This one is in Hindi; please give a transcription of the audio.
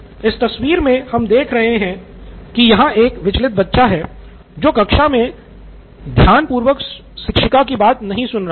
इस तस्वीर मे हम देख रहे हैं की यहाँ एक विचलित बच्चा है जो कक्षा मे ध्यान पूर्वक शिक्षिका की बात नहीं सुन रहा है